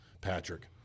Patrick